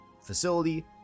facility